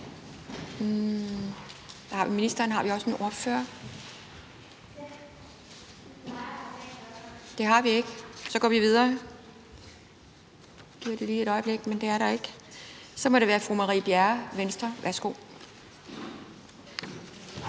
er åbnet. Fru Marie Bjerre, Venstre. Værsgo.